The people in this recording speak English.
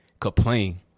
complain